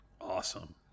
Awesome